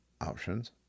options